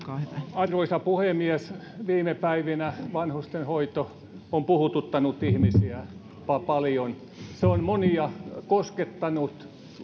arvoisa puhemies viime päivinä vanhustenhoito on puhututtanut ihmisiä paljon se on monia koskettanut